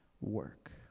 work